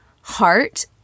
heart